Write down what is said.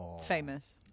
Famous